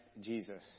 Jesus